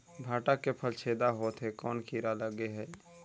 भांटा के फल छेदा होत हे कौन कीरा लगे हे?